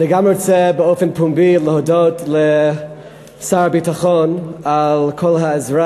אני גם רוצה להודות בפומבי לשר הביטחון על כל העזרה